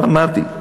אבל אמרתי,